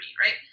right